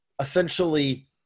essentially